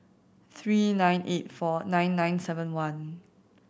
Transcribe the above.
three nine eight four nine nine seven one